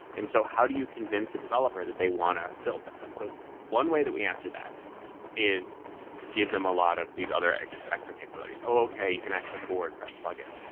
and so how do you convince a developer that they want to build this? and so one way that we answered that is to give them a lot of these other extractor capabilities, okay. you can actually have a wordpress plug-in,